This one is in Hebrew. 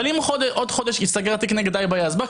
אבל אם עוד חודש ייסגר התיק נגד היבא יזבק,